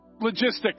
logistics